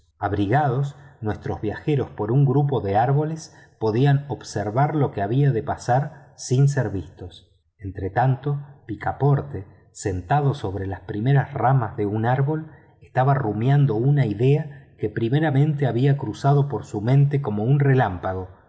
abrigados nuestros viajeros por un grupo de árboles podían observar lo que había de pasar sin ser vistos entretanto picaporte sentado sobre las primeras ramas de un árbol estaba rumiando una idea que primeramente había cruzado por su mente como un relámpago